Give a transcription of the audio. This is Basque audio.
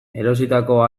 erositako